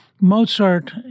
Mozart